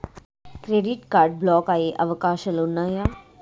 Credit card block అయ్యే అవకాశాలు ఉన్నయా?